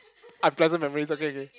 unpleasant memories okay okay